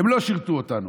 הן לא שירתו אותנו.